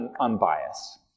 unbiased